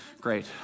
Great